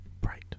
Bright